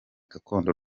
gakondo